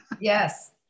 Yes